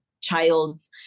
child's